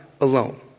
alone